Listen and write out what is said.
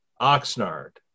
Oxnard